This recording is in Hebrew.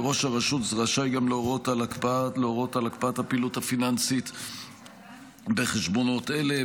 וראש הרשות רשאי גם להורות על הקפאת הפעילות הפיננסית בחשבונות אלו.